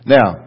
Now